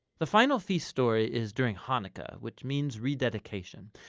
the final feast story is during hanukkah which means rededication.